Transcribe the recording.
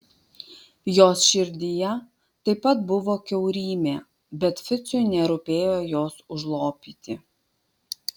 jos širdyje taip pat buvo kiaurymė bet ficui nerūpėjo jos užlopyti